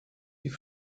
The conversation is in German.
die